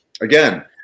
again